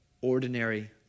ordinary